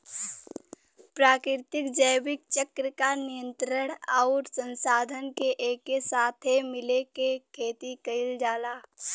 प्राकृतिक जैविक चक्र क नियंत्रण आउर संसाधन के एके साथे मिला के खेती कईल जाला